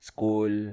School